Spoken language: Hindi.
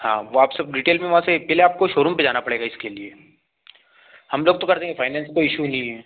हाँ वह आप सब डीटेल में वहाँ से पहले आपको सोरूम पर जाना पड़ेगा इसके लिए हम लोग तो कर देंगे फ़ाइनैंस कोई ईशू नहीं है